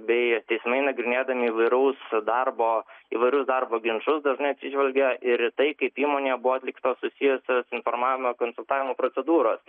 bei teismai nagrinėdami įvairaus darbo įvairius darbo ginčus dažnai atsižvelgia ir į tai kaip įmonėje buvo atliktos visos informavimo ir konsultavimo procedūros